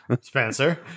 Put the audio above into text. Spencer